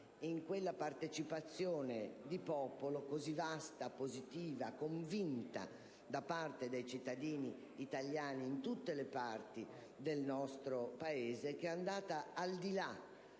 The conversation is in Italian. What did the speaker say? nella partecipazione di popolo, così vasta, positiva e convinta da parte dei cittadini italiani, in tutte le parti del nostro Paese, che è andata al di là